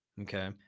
okay